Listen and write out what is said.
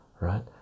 right